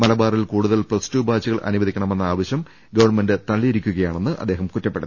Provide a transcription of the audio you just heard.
മലബാറിൽ കൂടു തൽ പ്ലസ് ടു ബാച്ചുകൾ അനുവദിക്കണമെന്ന ആവശൃം ഗവൺമെന്റ തള്ളിയിരിക്കുകയാണെന്ന് അദ്ദേഹം കുറ്റപ്പെടുത്തി